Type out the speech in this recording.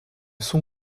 son